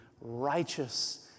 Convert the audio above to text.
righteous